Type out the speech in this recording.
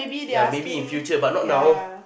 yeah maybe in future but not now